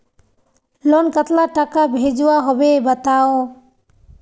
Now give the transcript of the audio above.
Loan कतला टाका भेजुआ होबे बताउ?